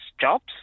jobs